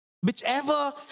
Whichever